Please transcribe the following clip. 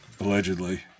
allegedly